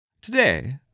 Today